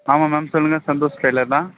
ஆமாம் மேம் சொல்லுங்க சந்தோஷ் டெய்லர் தான்